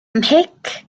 mhic